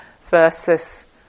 versus